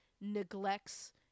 neglects